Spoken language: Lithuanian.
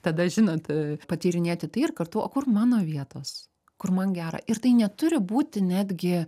tada žinant patyrinėti tai ir kartu o kur mano vietos kur man gera ir tai neturi būti netgi